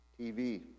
TV